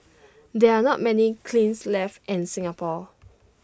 there are not many kilns left in Singapore